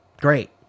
great